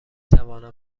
توانم